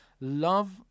love